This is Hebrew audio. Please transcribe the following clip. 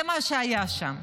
זה מה שהיה שם.